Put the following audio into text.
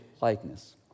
likeness